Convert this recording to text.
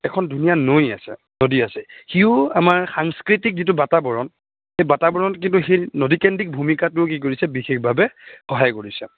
এখন ধুনীয়া নৈ আছে নদী আছে সিও আমাৰ সাংস্কৃতিক যিটো বাতাৱৰণ এই বাতাৱৰণ কিন্তু সি নদীকেন্দ্ৰিক ভূমিকাটো কি কৰিছে বিশেষভাৱে সহায় কৰিছে